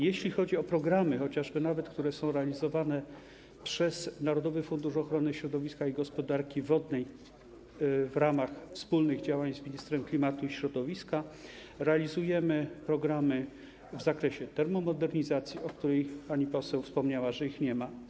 Jeśli chodzi o programy realizowane przez Narodowy Fundusz Ochrony Środowiska i Gospodarki Wodnej w ramach wspólnych działań z ministrem klimatu i środowiska, to realizujemy programy w zakresie termomodernizacji, co do których pani poseł wspomniała, że ich nie ma.